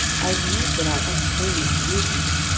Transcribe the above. i admit that i entertained no illusions.